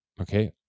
Okay